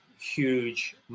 huge